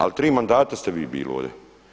Ali tri mandata ste vi bili ovdje.